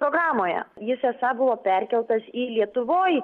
programoje jis esą buvo perkeltas į lietuvoj